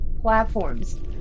platforms